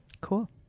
Cool